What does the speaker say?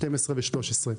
12 ו-13.